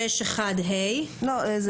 אוקיי.